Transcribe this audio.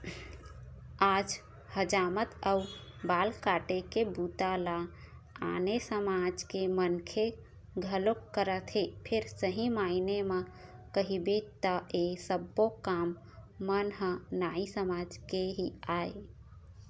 आज हजामत अउ बाल काटे के बूता ल आने समाज के मनखे घलोक करत हे फेर सही मायने म कहिबे त ऐ सब्बो काम मन ह नाई समाज के ही आय